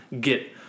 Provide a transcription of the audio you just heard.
get